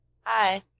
Hi